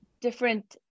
different